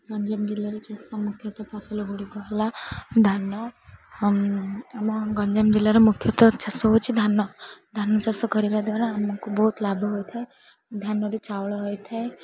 ଗଞ୍ଜାମ ଜିଲ୍ଲାରେ ଚାଷ ମୁଖ୍ୟତଃ ଫସଲ ଗୁଡ଼ିକ ହେଲା ଧାନ ଆମ ଗଞ୍ଜାମ ଜିଲ୍ଲାର ମୁଖ୍ୟତଃ ଚାଷ ହେଉଛି ଧାନ ଧାନ ଚାଷ କରିବା ଦ୍ୱାରା ଆମକୁ ବହୁତ ଲାଭ ହୋଇଥାଏ ଧାନରୁ ଚାଉଳ ହୋଇଥାଏ